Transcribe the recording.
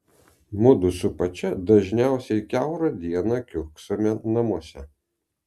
mudu su pačia dažniausiai kiaurą dieną kiurksome namuose